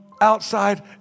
outside